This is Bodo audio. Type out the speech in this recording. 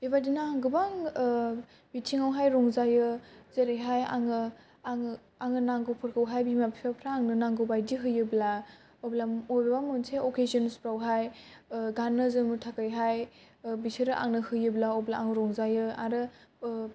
बेबादिनो गोबां बिथिंआवहाय रंजायो जेरैहाय आङो आंनो नांगौफोरखौहाय बिमा बिफाफ्रा आंनो नांगौ बादि होयोब्ला अब्ला अबेबा मोनसे अखेसोनफ्राव हाय गान्नो जोमनो थाखाय हाय बिसोरो आंनो होयोब्ला अब्ला आं रंजायो आरो